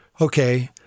Okay